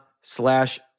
slash